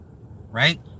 right